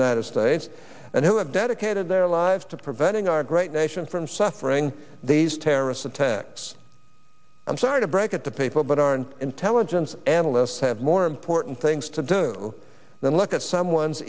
united states and who have dedicated their lives to preventing our great nation from suffering these terrorist attacks i'm sorry to break it to people but aren't intelligence analysts have more important things to do then look at someone's